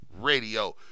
radio